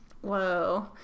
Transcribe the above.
Whoa